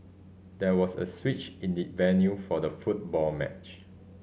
there was a switch in the venue for the football match